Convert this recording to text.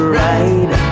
right